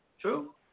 True